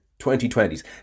2020s